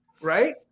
right